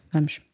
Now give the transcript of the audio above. Vamos